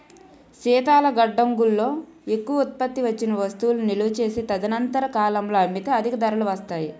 శీతల గడ్డంగుల్లో ఎక్కువ ఉత్పత్తి వచ్చిన వస్తువులు నిలువ చేసి తదనంతర కాలంలో అమ్మితే అధిక ధరలు వస్తాయి